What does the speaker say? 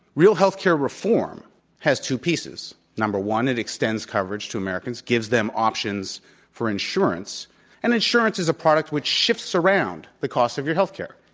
real healthcare reform has two pieces. number one, it extends healthcare coverage to americans, gives them options for insurance and insurance is a product which shifts around the cost of your healthcare.